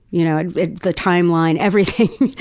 you know and the timeline, everything.